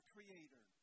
Creator